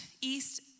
East